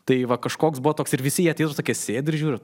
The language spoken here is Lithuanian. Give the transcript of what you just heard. tai va kažkoks buvo toks ir visi ateitų tokie sėdi ir žiūri